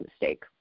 mistake